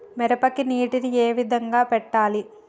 మిరపకి నీటిని ఏ విధంగా పెట్టాలి?